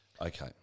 Okay